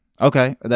Okay